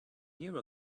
year